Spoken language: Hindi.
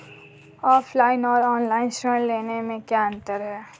ऑफलाइन और ऑनलाइन ऋण लेने में क्या अंतर है?